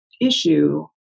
issue